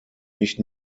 nicht